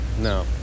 No